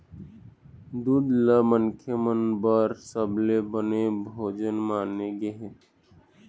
दूद ल मनखे मन बर सबले बने भोजन माने गे हे